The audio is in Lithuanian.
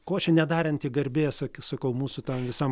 košė nedaranti garbės sak sakau mūsų tam visam